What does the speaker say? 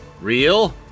real